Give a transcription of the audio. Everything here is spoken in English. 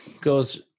goes